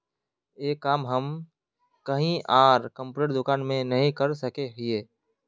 ये काम हम कहीं आर कंप्यूटर दुकान में नहीं कर सके हीये?